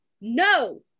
no